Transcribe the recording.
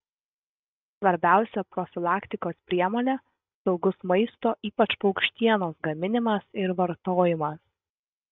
svarbiausia profilaktikos priemonė saugus maisto ypač paukštienos gaminimas ir vartojimas